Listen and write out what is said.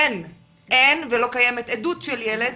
אין ולא קיימת עדות של ילד